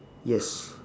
yes